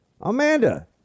Amanda